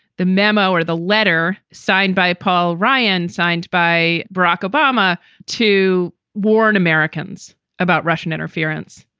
the memo or the letter signed by paul ryan, signed by barack obama to warn americans about russian interference.